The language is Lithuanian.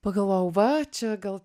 pagalvojau va čia gal